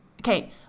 Okay